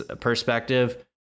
perspective